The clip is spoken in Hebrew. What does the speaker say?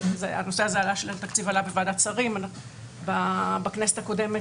והנושא של התקציה עלה בוועדת שרים בכנסת הקודמת,